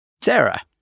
Sarah